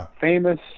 famous